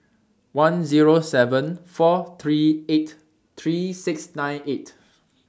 one Zero seven four three eight three six nine eight